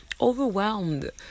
overwhelmed